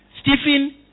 Stephen